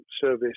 service